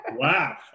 Wow